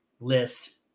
list